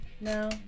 No